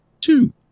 two